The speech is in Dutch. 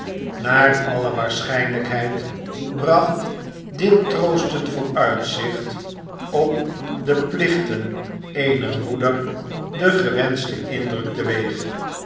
naar alle waarschijnlijkheid bracht dit troostend vooruitzicht op de plichten eener moeder den gewenschten indruk teweeg